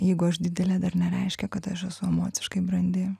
jeigu aš didelė dar nereiškia kad aš esu emociškai brandi